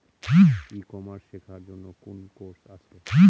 ই commerce শেক্ষার জন্য কোন কোর্স আছে?